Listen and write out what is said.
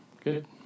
good